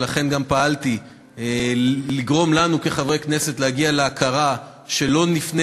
ולכן גם פעלתי לגרום לנו כחברי כנסת להגיע להכרה שלא נפנה